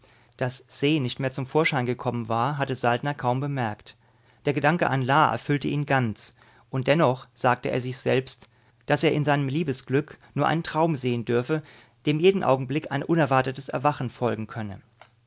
daß se nicht mehr zum vorschein gekommen war hatte saltner kaum bemerkt der gedanke an la erfüllte ihn ganz und dennoch sagte er sich selbst daß er in seinem liebesglück nur einen traum sehen dürfe dem jeden augenblick ein unerwartetes erwachen folgen könne